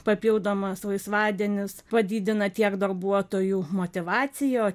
papildomas laisvadienis padidina tiek darbuotojų motyvaciją